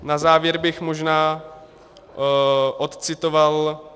Na závěr bych možná odcitoval...